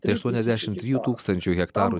tai aštuoniasdešim trijų tūkstančių hektarų